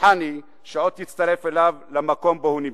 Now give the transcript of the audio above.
בטוחני שהיא עוד תצטרף אליו למקום שבו הוא נמצא.